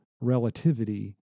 relativity